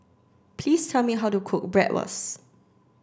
please tell me how to cook Bratwurst